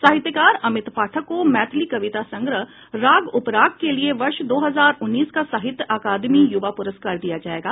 साहित्यकार अमित पाठक को मैथिली कविता संग्रह राग उपराग के लिए वर्ष दो हजार उन्नीस का साहित्य अकादमी युवा प्रस्कार दिया जाएगा